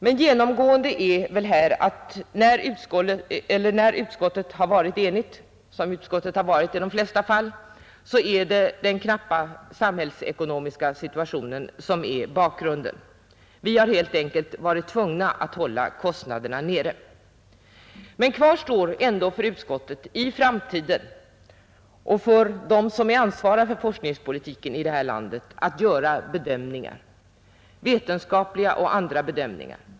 Men genomgående är att när utskottet varit enigt — som utskottet varit i de flesta fall — är det den samhällsekonomiska situationen som ligger bakom. Vi har helt enkelt varit tvugna att hålla kostnaderna nere. Kvar står ändå att utskottet och de som ansvarar för forskningspolitiken i detta land i framtiden måste göra bedömningar, vetenskapliga och andra.